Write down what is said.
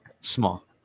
small